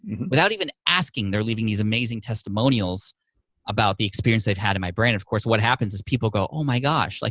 without even asking, they're leaving these amazing testimonials about the experience they've had in my brand. of course, what happens is people go, oh, my gosh, like